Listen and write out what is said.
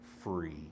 free